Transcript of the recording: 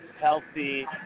healthy